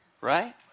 Right